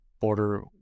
border